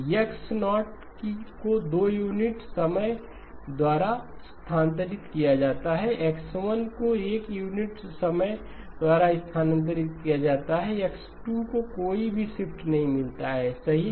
X0 को 2 unit समय द्वारा स्थानांतरित किया जाता है X1 को 1 यूनिट समय द्वारा स्थानांतरित किया जाता है X2 को कोई भी शिफ्ट नहीं मिलता है सही